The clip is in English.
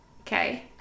okay